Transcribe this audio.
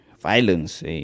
violence